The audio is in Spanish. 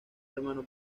hermano